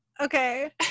Okay